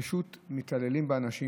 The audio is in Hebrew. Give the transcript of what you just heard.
פשוט מתעללים באנשים.